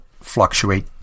fluctuate